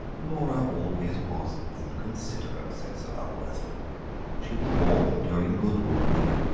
laura always was inconsiderate, said sir lulworth she was born during goodwood week,